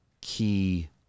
key